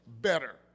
Better